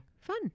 fun